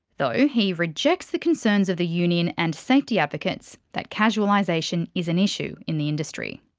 though he rejects the concerns of the union and safety advocates that casualisation is an issue in the industry.